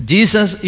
Jesus